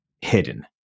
hidden